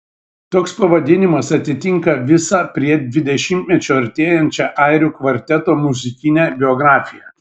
toks pavadinimas atitinka visą prie dvidešimtmečio artėjančią airių kvarteto muzikinę biografiją